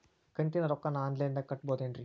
ಕಂತಿನ ರೊಕ್ಕನ ಆನ್ಲೈನ್ ದಾಗ ಕಟ್ಟಬಹುದೇನ್ರಿ?